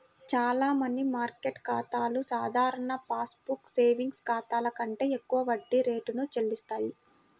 చాలా money market ఖాతాలు సాధారణ పాస్ బుక్ సేవింగ్స్ ఖాతాల కంటే ఎక్కువ వడ్డీ రేటును చెల్లిస్తాయి